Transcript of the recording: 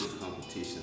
competition